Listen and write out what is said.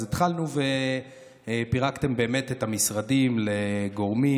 פירקתם את המשרדים לגורמים,